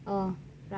o right